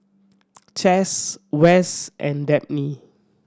Chaz Wes and Dabney